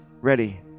ready